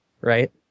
right